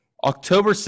October